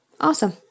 Awesome